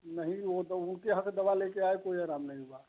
नहीं भी हो तो उनके यहाँ से दवा लेकर आए तो कोई आराम नहीं हुआ